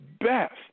best